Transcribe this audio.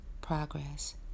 progress